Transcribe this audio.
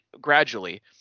gradually